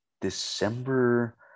December